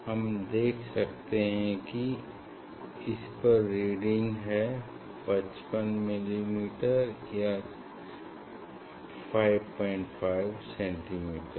हम देख सकते हैं की इस पर रीडिंग है पचपन मिलीमीटर या 55 सेंटीमीटर